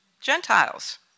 Gentiles